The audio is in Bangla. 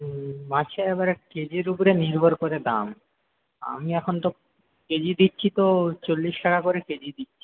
হুম মাছের আবার কেজির উপরে নির্ভর করে দাম আমি এখন তো কেজি দিচ্ছি তো চল্লিশ টাকা করে কেজি দিচ্ছি